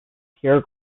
pure